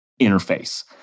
interface